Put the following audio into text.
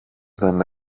δεν